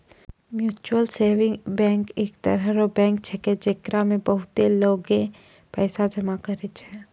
mutual saving bank एक तरह रो बैंक छैकै, जेकरा मे बहुते लोगें पैसा जमा करै छै